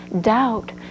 doubt